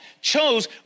chose